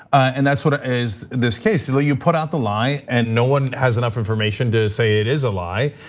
and that's what it ah is this case, you know you put out the lie and no one has enough information to say it is a lie.